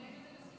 כן.